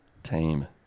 Team